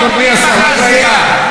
אראל מרגלית,